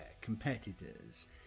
competitors